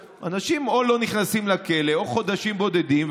אנשים או לא נכנסים לכלא או נכנסים לחודשים בודדים,